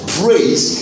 praise